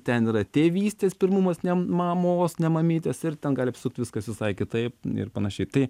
ten yra tėvystės pirmumas ne mamos ne mamytės ir ten gali apsisukt viskas visai kitaip ir panašiai tai